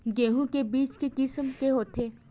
गेहूं के बीज के किसम के होथे?